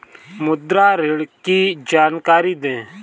मुद्रा ऋण की जानकारी दें?